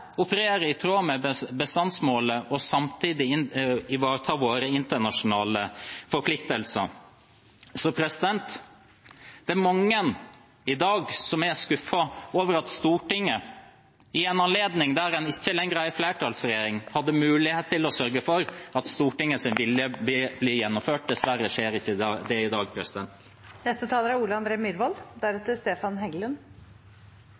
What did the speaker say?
operere i tråd med bestandsmålet og samtidig ivareta våre internasjonale forpliktelser. Det er mange i dag som er skuffet over Stortinget, når en ikke lenger har en flertallsregjering, som hadde mulighet til å sørge for at Stortingets vilje ble gjennomført. Dessverre skjer ikke det i dag. Det er